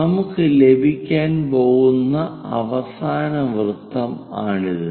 നമുക്ക് ലഭിക്കാൻ പോകുന്ന അവസാന വൃത്തം ആണിത്